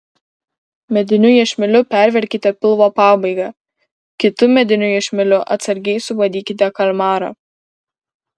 mediniu iešmeliu perverkite pilvo pabaigą kitu mediniu iešmeliu atsargiai subadykite kalmarą